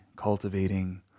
cultivating